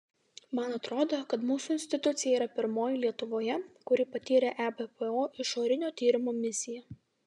man atrodo kad mūsų institucija yra pirmoji lietuvoje kuri patyrė ebpo išorinio tyrimo misiją